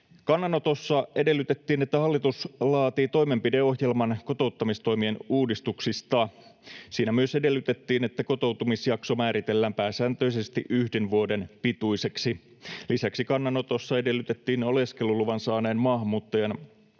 Kannanotossa edellytettiin, että hallitus laatii toimenpideohjelman kotouttamistoimien uudistuksista. Siinä myös edellytettiin, että kotoutumisjakso määritellään pääsääntöisesti yhden vuoden pituiseksi. Lisäksi kannanotossa edellytettiin oleskeluluvan saaneen maahanmuuttajan